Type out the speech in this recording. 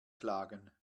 klagen